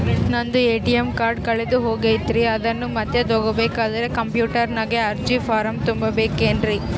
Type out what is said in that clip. ನಂದು ATM card ಕಳೆದು ಹೋಗೈತ್ರಿ ಅದನ್ನು ಮತ್ತೆ ತಗೋಬೇಕಾದರೆ ಕಂಪ್ಯೂಟರ್ ನಾಗ ಅರ್ಜಿ ಫಾರಂ ತುಂಬಬೇಕನ್ರಿ?